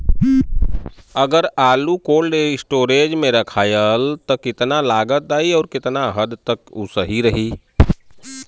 अगर आलू cold storage में रखायल त कितना लागत आई अउर कितना हद तक उ सही रही?